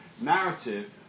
narrative